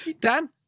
Dan